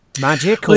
magic